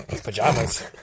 pajamas